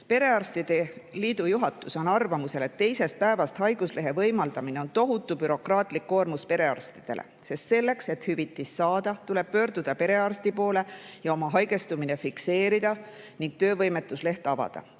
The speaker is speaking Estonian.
Perearstide liidu juhatus on arvamusel, et teisest päevast haiguslehe võimaldamine on tohutu bürokraatlik koormus perearstidele, sest selleks, et hüvitist saada, tuleb pöörduda perearsti poole ja oma haigestumine fikseerida ning töövõimetusleht avada.